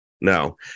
No